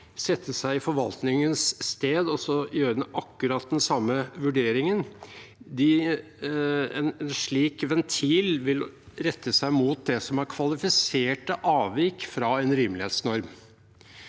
sette seg i forvaltningens sted og så gjøre akkurat den samme vurderingen. En slik ventil vil rette seg mot det som er kvalifiserte avvik fra en rimelighetsnorm.